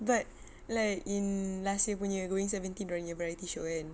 but like in last year punya going seventeen dorangnya variety show kan